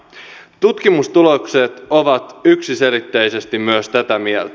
myös tutkimustulokset ovat yksiselitteisesti tätä mieltä